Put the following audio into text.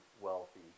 wealthy